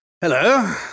Hello